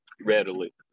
readily